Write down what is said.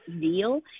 deal